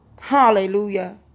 Hallelujah